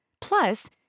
Plus